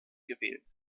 gewählt